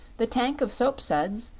the tank of soapsuds,